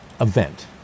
event